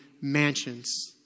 mansions